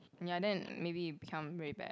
ya then maybe it become very bad